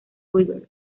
rivers